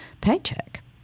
paycheck